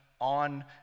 on